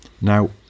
Now